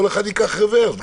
כל אחד ייקח רברס.